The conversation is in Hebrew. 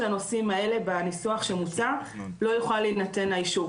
הנושאים האלה בניסוח שמוצע לא יוכל להינתן האישור.